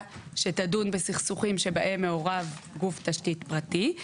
שתדון בסכסוכים שבהם מעורב גוף תשתית פרטי.